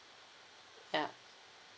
ya